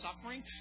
suffering